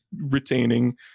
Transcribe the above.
retaining